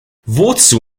wozu